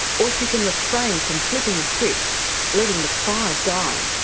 or she can refrain from flipping the switch letting the five die.